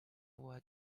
full